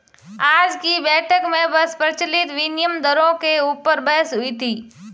आज की बैठक में बस प्रचलित विनिमय दरों के ऊपर बहस हुई थी